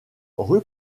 rue